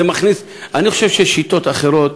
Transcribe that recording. אני חושב ששיטות אחרות